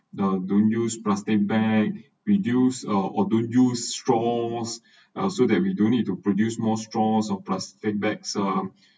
the don't use plastic bag reduce or don't use straws uh so that we don’t need to produce more straws or plastic bags lah